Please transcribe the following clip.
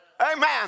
Amen